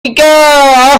pica